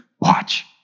Watch